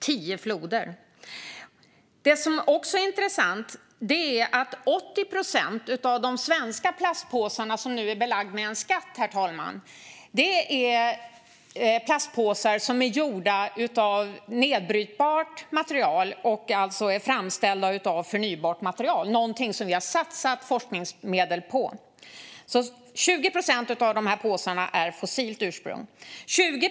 Tio floder! Något som också är intressant är att 80 procent av de svenska plastpåsarna, som nu är belagda med skatt, är gjorda av nedbrytbart material och framställda av förnybart material. Detta är något som vi har satsat forskningsmedel på. 20 procent av påsarna har alltså fossilt ursprung.